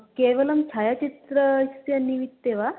केवलं छायाचित्रस्य निमित्तं वा